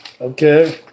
okay